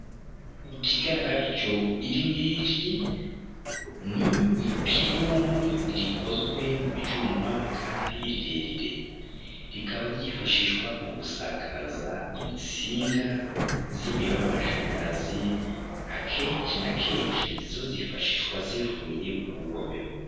Ikigaragara cyo iri ngiri ni ipironi rikozwe mu byuma kandi rirerire, rikaba ryifashishwa mu gusakaza insinga z'imiriro y'amashanyarazi, akenshi na kenshi zo zifashishwa zivuye ku rugomero.